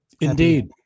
indeed